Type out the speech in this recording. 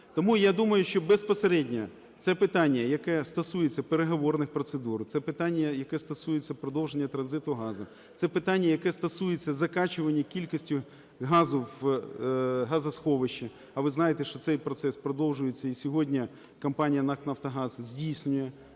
Тому я думаю, що безпосередньо це питання, яке стосується переговорних процедур, це питання, яке стосується продовження транзиту газу, це питання, яке стосується закачування кількості газу в газосховище, а ви знаєте, що цей процес продовжується, і сьогодні компанія НАК "Нафтогаз" здійснює